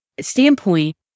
standpoint